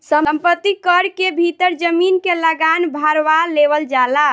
संपत्ति कर के भीतर जमीन के लागान भारवा लेवल जाला